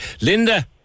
Linda